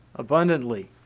abundantly